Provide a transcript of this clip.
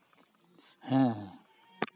ᱦᱮᱸ